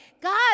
God